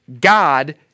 God